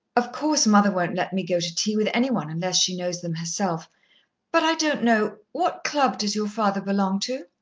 of course, mother won't let me go to tea with any one unless she knows them herself but i don't know. what club does your father belong to?